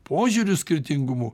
požiūrių skirtingumu